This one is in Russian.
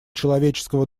человеческого